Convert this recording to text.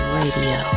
radio